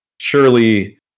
surely